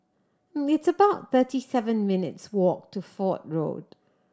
it's about thirty seven minutes' walk to Fort Road